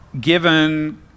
given